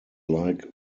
like